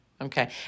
Okay